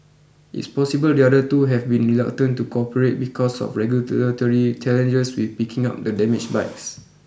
it's possible the other two have been reluctant to cooperate because of regulatory challenges with picking up the damaged bikes